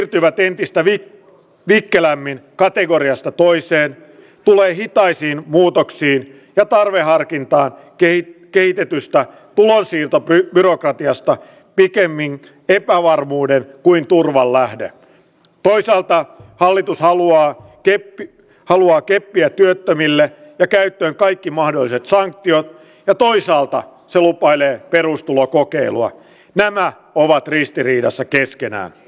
öntyvät entistä vikkelämmin kategoriasta toiseen tulee hitaisiin muutoksiin ja tarveharkintaa tein töitä toista kiloisiin tapper byrokratiasta pikemmin epävarmuuden kuin turvallähde toiselta hallitus haluaa kepin halua keppiä työttömille ja käyttää kaikki mahdolliset sanktiot ja toisaalta se lupailee perustulokokeilua nämä ovat ristiriidassa keskenään